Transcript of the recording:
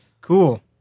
Cool